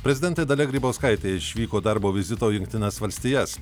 prezidentė dalia grybauskaitė išvyko darbo vizito į jungtines valstijas